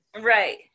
Right